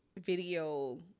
video